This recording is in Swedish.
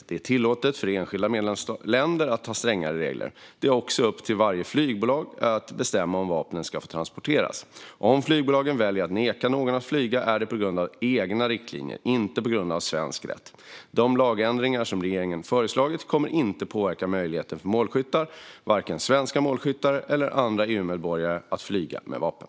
Det är tillåtet för enskilda medlemsländer att ha strängare regler. Det är också upp till varje flygbolag att bestämma om vapen ska få transporteras. Om flygbolagen väljer att neka någon att flyga är det på grund av egna riktlinjer, inte på grund av svensk rätt. De lagändringar som regeringen har föreslagit kommer inte att påverka möjligheten för målskyttar - vare sig svenska målskyttar eller andra EU-medborgare - att flyga med vapen.